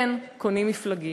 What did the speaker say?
כן, קונים מפלגות.